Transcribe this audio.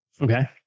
Okay